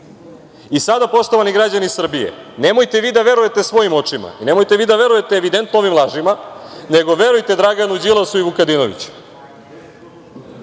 110%.Sada, poštovani građani Srbije, nemojte vi da verujete svojim očima i nemojte vi da verujete, evidentno, ovim lažima, nego verujte Draganu Đilasu i Vukadinoviću. Tako